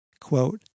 Quote